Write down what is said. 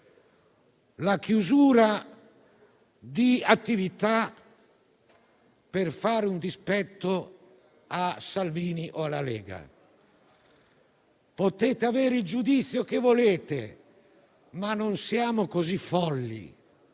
la chiusura di attività per fare un dispetto a Salvini o alla Lega. Potete avere l'opinione che volete, ma non siamo così folli.